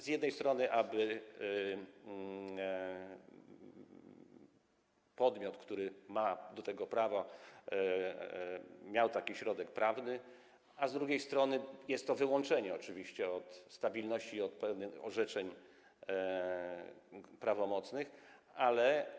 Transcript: Z jednej strony po to, aby podmiot, który ma do tego prawo, miał taki środek prawny, a z drugiej strony jest to wyłączenie oczywiście od stabilności i pewnych prawomocnych orzeczeń.